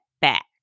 back